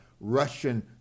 Russian